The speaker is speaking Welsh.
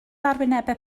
arwynebau